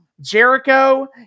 Jericho